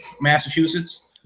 Massachusetts